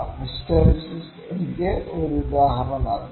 ഹിസ്റ്റെറിസിസിന് എനിക്ക് ഒരു ഉദാഹരണം നൽകാം